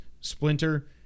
Splinter